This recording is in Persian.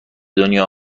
دنیا